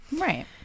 Right